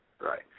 Right